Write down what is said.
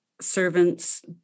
servants